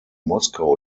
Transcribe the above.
moskau